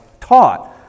taught